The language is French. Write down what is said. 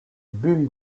bull